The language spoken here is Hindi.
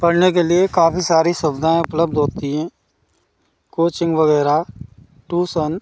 पढ़ने के लिए काफ़ी सारी सुविधाएँ उपलब्ध होती हैं कोचिंग वगैरह टूसन